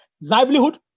livelihood